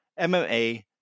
MMA